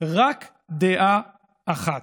רק דעה אחת.